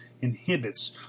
inhibits